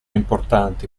importanti